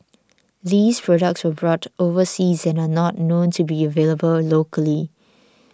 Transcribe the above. these products were bought overseas and are not known to be available locally